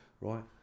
right